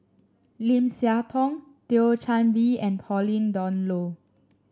Lim Siah Tong Thio Chan Bee and Pauline Dawn Loh